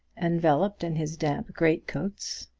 enveloped in his damp great-coats.